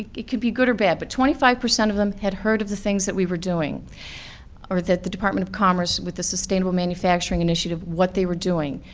it could be good or bad, but twenty five percent of them had heard of the things that we were doing or that the department of commerce with the sustainable manufacturing initiative, what they were doing,